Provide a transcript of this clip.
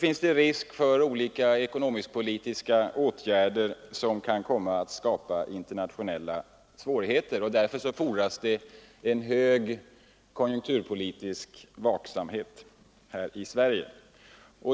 finns det risk för olika ekonomisk-politiska åtgärder som kan komma att skapa internationella svårigheter. Därför fordras det stor konjunkturpolitisk vaksamhet här i Sverige.